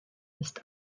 ist